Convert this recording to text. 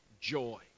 joy